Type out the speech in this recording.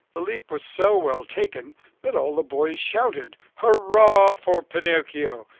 the leap was so well taken that all the boys shouted, hurrah for pinocchio!